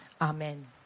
Amen